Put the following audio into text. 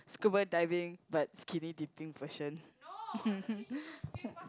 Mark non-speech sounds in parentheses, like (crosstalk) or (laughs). scuba diving but skinny dipping version (laughs)